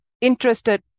interested